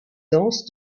dense